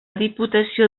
diputació